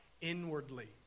inwardly